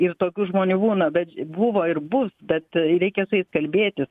ir tokių žmonių būna bet buvo ir bus bet tai reikia su jais kalbėtis